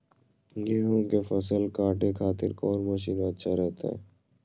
गेहूं के फसल काटे खातिर कौन मसीन अच्छा रहतय?